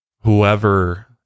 whoever